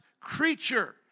creature